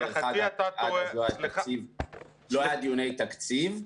דרך אגב, לא היו דיוני תקציב.